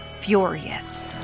furious